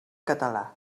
català